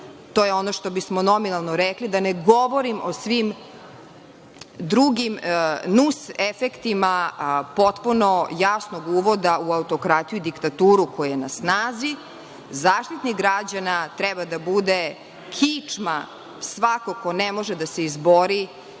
to je ono što bismo nominalno rekli, da ne govorim o svim drugim nus-efektima, potpuno jasnog uvoda u autokratiju i diktaturu koja je na snazi, Zaštitnik građana treba da bude kičma svakog ko ne može da se izbori